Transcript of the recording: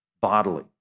bodily